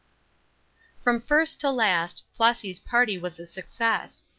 from first to last, flossy's party was a success.